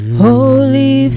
holy